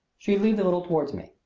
she leaned a little toward me.